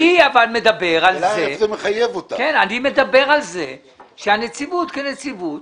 אבל אני מדבר על כך שהנציבות כנציבות,